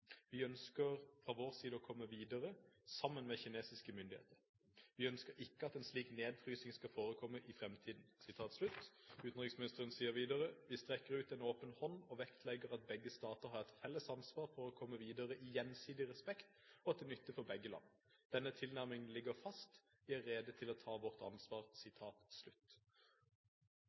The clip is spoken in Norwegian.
Vi ønsker fra vår side å komme videre – sammen med kinesiske myndigheter. Vi ønsker ikke å se at slik nedfrysing skal forekomme i fremtiden.» Utenriksministeren sier videre: «Vi strekker ut en åpen hånd og vektlegger at begge stater har et felles ansvar for å komme videre i gjensidig respekt og til nytte for begge land. Denne tilnærmingen ligger fast, og vi er rede til å ta vårt ansvar.»